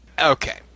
Okay